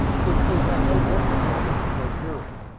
which we had no difficulty in procuring.